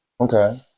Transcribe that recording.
Okay